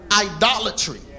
idolatry